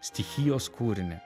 stichijos kūrinį